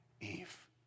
Eve